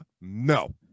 No